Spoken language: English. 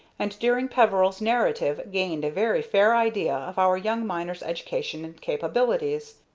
and during peveril's narrative gained a very fair idea of our young miner's education and capabilities.